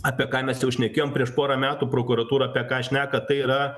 apie ką mes jau šnekėjom prieš porą metų prokuratūra apie ką šneka tai yra